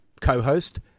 co-host